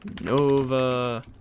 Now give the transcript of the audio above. Nova